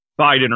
Biden